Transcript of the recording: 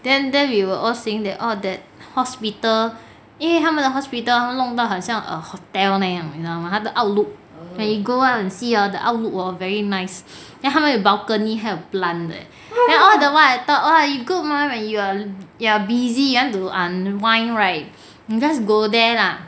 then then we were all saying that hospital 因为他们的 hospital 他们弄到 like hotel 那样你知道吗他的 outlook let you go up and see hor the outlook very nice then 他们有 balcony 还有 plant 的诶 then all the while I thought you good mah when you you're busy you want to unwind right you just go there lah